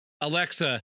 Alexa